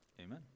Amen